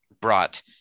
brought